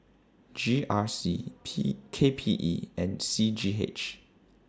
G R C P K P E and C G H